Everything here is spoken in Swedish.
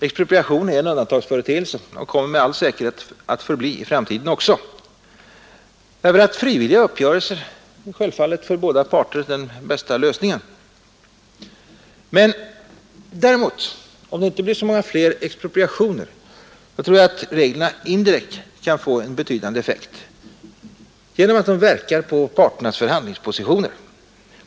Expropriation är en undantagsföreteelse och kommer med all säkerhet att förbli det även i framtiden Frivilliga uppgörelser är självfallet den bästa lösningen för båda parter. Men även om det inte blir så många fler expropriationer, så tror jag att reglerna indirekt kan få en betydande effekt genom att de påverkar parternas förhandlingspositioner.